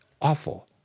awful